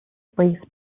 brief